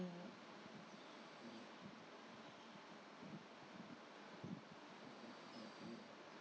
mmhmm